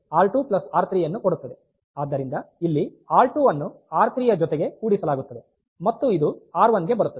ಆದ್ದರಿಂದ ಇಲ್ಲಿ ಆರ್2 ಅನ್ನು ಆರ್3ಯ ಜೊತೆಗೆ ಕೂಡಿಸಲಾಗುತ್ತದೆ ಮತ್ತು ಇದು ಆರ್1ಗೆ ಬರುತ್ತದೆ